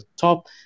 top